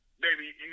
baby